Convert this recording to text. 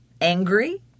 angry